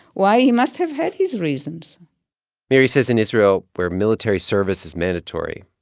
why? he must have had his reasons miri says in israel, where military service is mandatory,